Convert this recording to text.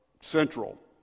central